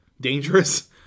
dangerous